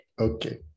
Okay